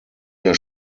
der